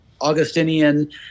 Augustinian